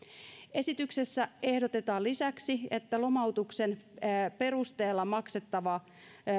esityksessä ehdotetaan lisäksi että lomautuksen perusteella maksettava